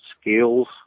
skills